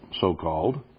so-called